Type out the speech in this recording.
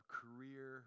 career